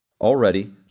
Already